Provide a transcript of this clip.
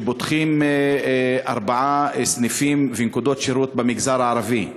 שפותחים ארבעה סניפים ונקודות שירות במגזר הערבי,